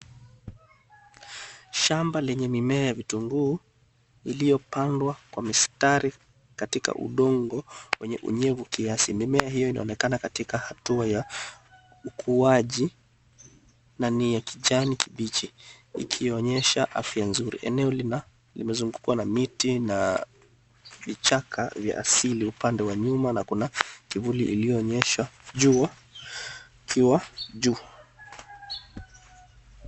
Shamba lenye mimea ya vitunguu iliyopandwa kwa mistari katika udongo wenye unyevu kiasi. Mimea hiyo inaonekana katika hatua ya ukuaji na ni ya kijani kibichi, ikionyesha afya nzuri. Eneo lina, limezungukuwa na miti na vichaka vya asili upande wa nyuma na kuna kivuli iliyoonyesha jua ikiwa juu.